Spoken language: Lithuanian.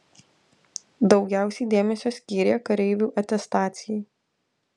daugiausiai dėmesio skyrė kareivių atestacijai